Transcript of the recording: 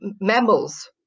mammals